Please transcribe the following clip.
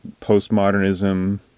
postmodernism